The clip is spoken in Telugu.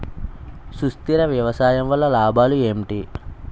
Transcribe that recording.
సుస్థిర వ్యవసాయం వల్ల లాభాలు ఏంటి?